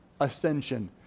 ascension